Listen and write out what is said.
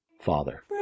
Father